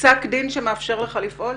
פסק דין שמאפשר לך לפעול?